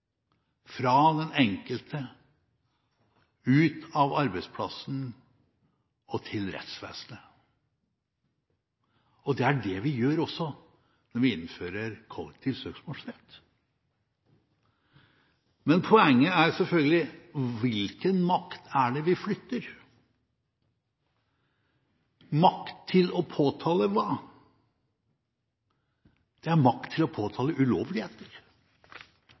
fra den enkelte, ut av arbeidsplassen og til rettsvesenet. Det er også det vi gjør når vi innfører kollektiv søksmålsrett. Poenget er selvfølgelig: Hvilken makt er det vi flytter? Makt til å påtale hva? Det er makt til å påtale ulovligheter.